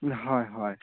হয় হয়